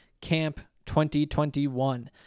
CAMP2021